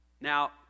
Now